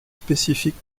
spécifique